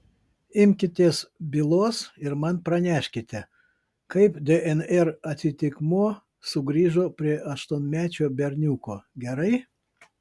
imkitės bylos ir man praneškite kaip dnr atitikmuo sugrįžo prie aštuonmečio berniuko gerai